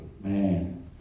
man